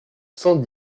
cent